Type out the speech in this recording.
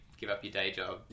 give-up-your-day-job